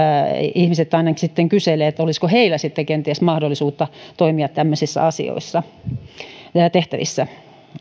ihmiset aina kyselevät olisiko heillä sitten kenties mahdollisuutta toimia tämmöisissä tehtävissä